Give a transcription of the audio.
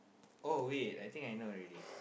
oh wait I think I know already